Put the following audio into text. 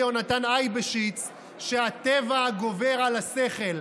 יהונתן אייבשיץ שהטבע גובר על השכל.